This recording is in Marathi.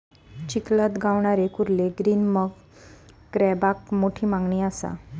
चिखलात गावणारे कुर्ले ग्रीन मड क्रॅबाक मोठी मागणी असा